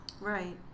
Right